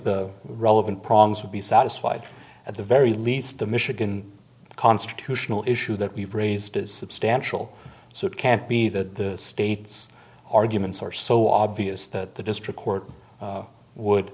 the relevant prongs would be satisfied at the very least the michigan constitutional issue that we've raised is substantial so it can't be that the states arguments are so obvious that the district court